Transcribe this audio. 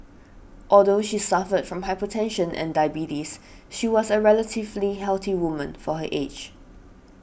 although she suffered from hypertension and diabetes she was a relatively healthy woman for her age